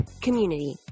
community